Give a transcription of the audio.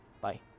Bye